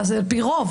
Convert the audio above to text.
ואז זה על פי רוב.